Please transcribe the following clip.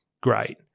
great